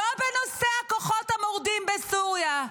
לא בנושא הכוחות המורדים בסוריה,